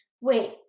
Wait